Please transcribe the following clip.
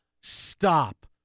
stop